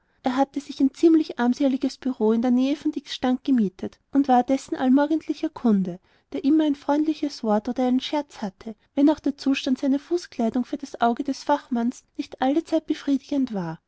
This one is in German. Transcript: er hatte sich ein ziemlich armseliges bureau in der nähe von dicks stand gemietet und war dessen allmorgendlicher kunde der immer ein freundliches wort oder einen scherz hatte wenn auch der zustand seiner fußbekleidung für das auge des fachmannes nicht allezeit befriedigend war